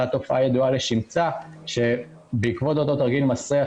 אותה תופעה ידועה לשמצה שבעקבות אותו תרגיל מסריח